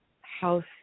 house